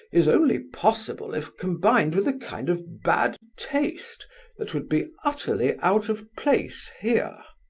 is only possible if combined with a kind of bad taste that would be utterly out of place here.